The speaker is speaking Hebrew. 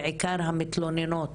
בעיקר המתלוננות,